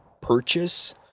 purchase